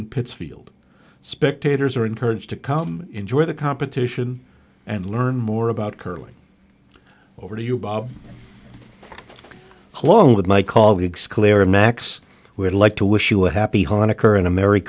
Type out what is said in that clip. in pittsfield spectators are encouraged to come enjoy the competition and learn more about curling over to you bob along with my colleagues clara max we'd like to wish you a happy honaker in a merry